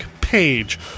page